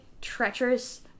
treacherous